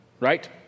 Right